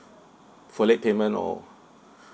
for late payment or